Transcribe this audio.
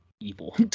evil